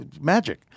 magic